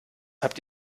habt